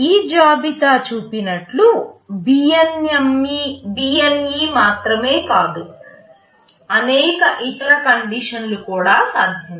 ఈ జాబితా చూపినట్లు BNE మాత్రమే కాదు అనేక ఇతర కండిషన్లు కూడా సాధ్యమే